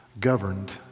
governed